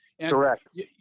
Correct